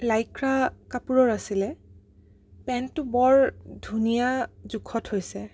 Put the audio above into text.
Lycra কাপোৰৰ আছিলে পেণ্টটো বৰ ধুনীয়া জোখত হৈছে